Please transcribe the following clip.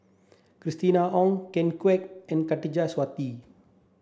Christina Ong Ken Kwek and Khatijah Surattee